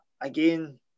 again